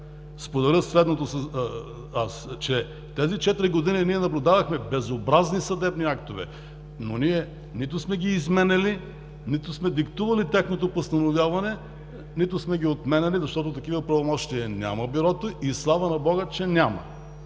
споделя следното, че тези четири години ние наблюдавахме безобразни съдебни актове, но ние нито сме ги изменяли, нито сме диктували тяхното постановяване, нито сме ги отменяли, защото такива правомощия Бюрото няма. И слава на Бога, че няма!